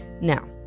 Now